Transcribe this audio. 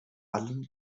allen